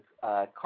car